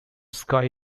ski